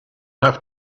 have